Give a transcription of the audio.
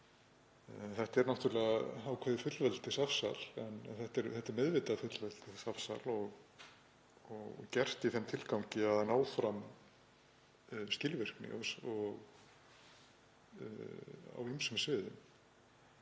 Þetta er náttúrlega ákveðið fullveldisafsal en þetta er meðvitað fullveldisafsal og gert í þeim tilgangi að ná fram skilvirkni á ýmsum sviðum.